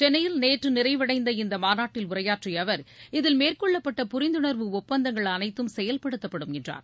சென்னையில் நேற்று நிறைவடைந்த இந்த மாநாட்டில் உரையாற்றிய அவர் இதில் மேற்கொள்ளப்பட்ட புரிந்துணர்வு ஒப்பந்தங்கள் அனைத்தும் செயல்படுத்தப்படும் என்றார்